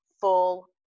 full